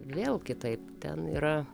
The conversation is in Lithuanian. vėl kitaip ten yra